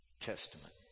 Testament